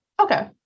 okay